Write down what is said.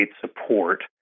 support